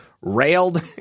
railed